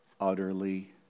utterly